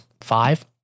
five